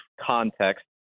context